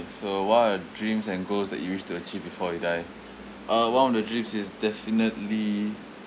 so what are dreams and goals that you wish to achieve before you die uh one of the dreams is definitely